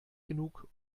genug